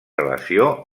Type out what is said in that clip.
relació